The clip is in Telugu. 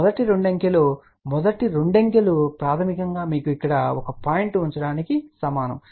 మొదటి రెండు అంకెలు మొదటి రెండు అంకెలు ప్రాథమికంగా మీకు ఇక్కడ ఒక పాయింట్ ఉంచడానికి సమానం